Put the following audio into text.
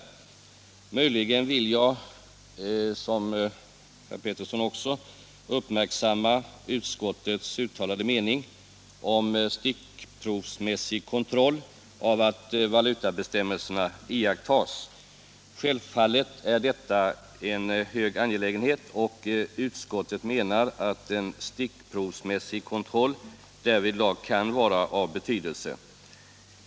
Möjligen vill jag, i likhet med herr Pettersson i Malmö, fästa uppmärksamheten på utskottets uttalade mening om stickprovsmässig kontroll av att valutabestämmelserna iakttas. Självfallet är detta angeläget. Utskottet menar att en stickprovsmässig kontroll kan vara av betydelse.